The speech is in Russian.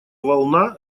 волна